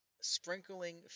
sprinkling